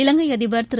இலங்கைஅதிபர் திரு